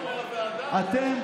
אתם,